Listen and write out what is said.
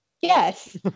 Yes